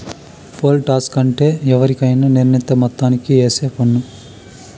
pole tax అంటే ఎవరికైనా నిర్ణీత మొత్తానికి ఏసే పన్ను